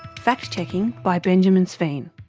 fact checking by benjamin sveen.